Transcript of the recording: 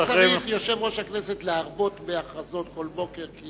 לא צריך יושב-ראש הכנסת להרבות בהכרזות כל בוקר.